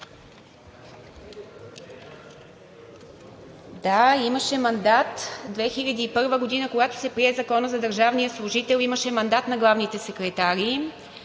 Да, имаше мандат. През 2001 г., когато се прие Законът за държавния служител, имаше мандат на главните секретари.